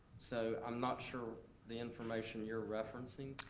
so i'm not sure the information you're referencing.